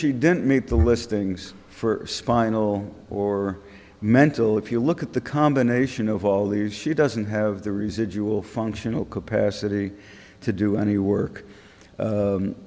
she didn't meet the listings for spinal or mental if you look at the combination of all these she doesn't have the reasons you will functional capacity to do any work